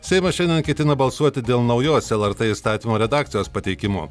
seimas šiandien ketina balsuoti dėl naujos lrt įstatymo redakcijos pateikimo